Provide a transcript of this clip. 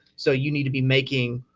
so you need to be making.